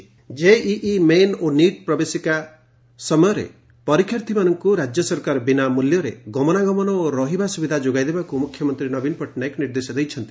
not କେଇଇ JEE main ଓ NEET ପ୍ରବେଶିକା ସମୟରେ ପରୀକ୍ଷାର୍ଥୀମାନଙ୍କୁ ରାଜ୍ୟ ସରକାର ବିନା ମୂଲ୍ୟରେ ଗମନାଗମନ ଓ ରହିବା ସୁବିଧା ଯୋଗାଇ ଦେବାକୁ ମୁଖ୍ୟମନ୍ତୀ ନବୀନ ପଟ୍ଟନାୟକ ନିର୍ଦ୍ଦେଶ ଦେଇଛନ୍ତି